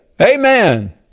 Amen